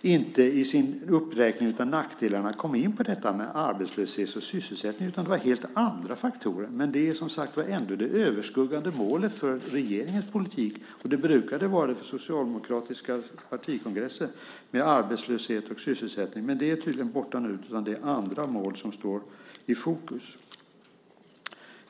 inte i sin uppräkning av nackdelarna kom in på detta med arbetslöshet och sysselsättning. Helt andra faktorer togs upp. Men arbetslöshet och sysselsättning är ändå som sagt var det överskuggande målet för regeringens politik, och det brukade vara det för den socialdemokratiska partikongressen, men det är tydligen borta nu. Det är tydligen andra mål som står i fokus.